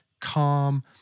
calm